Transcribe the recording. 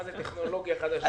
מה זה טכנולוגיה חדשה.